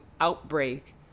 outbreak